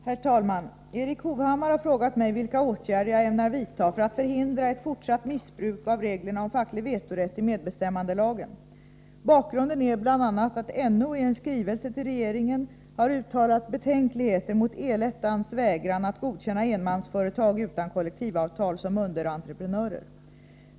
Herr talman! Erik Hovhammar har frågat mig vilka åtgärder jag ämnar vidta för att förhindra ett fortsatt missbruk av reglerna om facklig vetorätt i medbestämmandelagen. Bakgrunden är bl.a. att NO i en skrivelse till regeringen har uttalat betänkligheter mot El-ettans vägran att godkänna enmansföretag utan kollektivavtal som underentreprenörer.